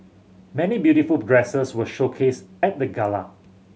many beautiful dresses were showcased at the gala